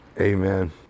Amen